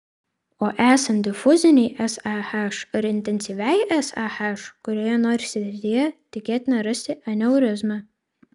o esant difuzinei sah ar intensyviai sah kurioje nors srityje tikėtina rasti aneurizmą